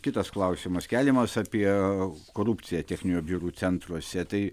kitas klausimas keliamas apie korupciją techninių apžiūrų centruose tai